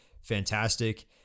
fantastic